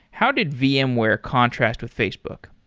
how did vmware contrast with facebook?